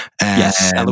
Yes